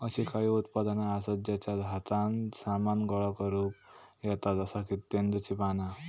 अशी काही उत्पादना आसत जेच्यात हातान सामान गोळा करुक येता जसा की तेंदुची पाना